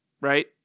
right